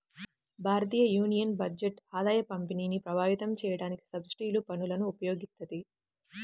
భారతయూనియన్ బడ్జెట్ ఆదాయపంపిణీని ప్రభావితం చేయడానికి సబ్సిడీలు, పన్నులను ఉపయోగిత్తది